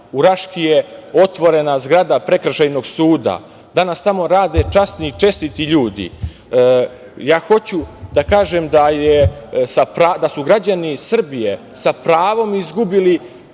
u Raški je otvorena zgrada Prekršajnog suda. Danas tamo rade časni i čestiti ljudi. Hoću da kažem da su građani Srbije sa pravom izgubili